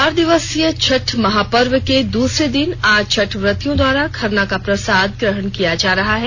चार दिवसीय छठ महापर्व के दूसरे दिन आज छठ व्रतियों द्वारा खरना का प्रसाद ग्रहण किया जा रहा है